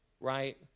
right